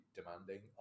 demanding